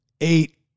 eight